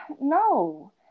No